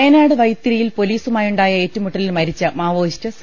വയനാട് വൈത്തിരിയിൽ പൊലീസുമായുണ്ടായ ഏറ്റുമുട്ടലിൽ മരിച്ച മാവോയിസ്റ്റ് സി